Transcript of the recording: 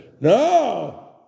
no